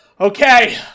Okay